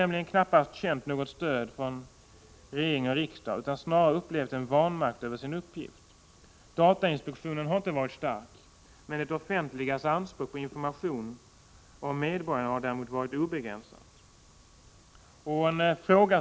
De har knappast känt något stöd från regering och riksdag utan snarare upplevt vanmakt inför sin uppgift. Datainspektionen har inte varit stark. Det offentligas anspråk på information om medborgarna har däremot varit obegränsat.